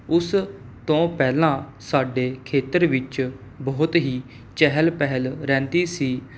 ਉਸ ਤੋਂ ਪਹਿਲਾਂ ਸਾਡੇ ਖੇਤਰ ਵਿੱਚ ਬਹੁਤ ਹੀ ਚਹਿਲ ਪਹਿਲ ਰਹਿੰਦੀ ਸੀ